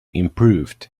improved